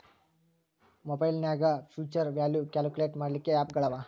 ಮಒಬೈಲ್ನ್ಯಾಗ್ future value calculate ಮಾಡ್ಲಿಕ್ಕೆ app ಗಳವ